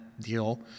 deal